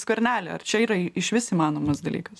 skvernelio ar čia yra išvis įmanomas dalykas